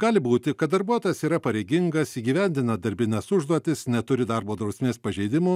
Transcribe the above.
gali būti kad darbuotojas yra pareigingas įgyvendina darbines užduotis neturi darbo drausmės pažeidimų